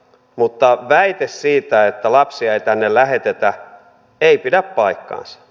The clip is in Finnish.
mutta väite siitä että lapsia ei tänne lähetetä ei pidä paikkaansa